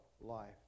life